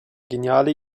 geniale